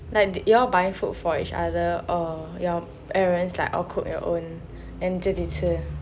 like you all buying food for each other or your parents like all cook the same then 你自己吃